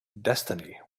destiny